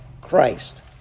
Christ